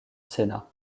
sénat